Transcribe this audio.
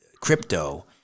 crypto